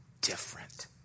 different